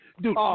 dude